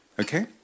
Okay